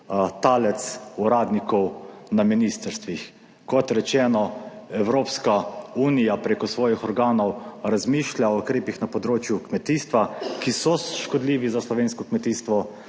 talec uradnikov na ministrstvih. Kot rečeno, Evropska unija preko svojih organov razmišlja o ukrepih na področju kmetijstva, ki so škodljivi za slovensko kmetijstvo,